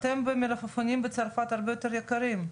אתם במלפפונים בצרפת הרבה יותר יקרים.